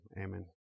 Amen